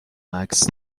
عکس